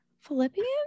philippians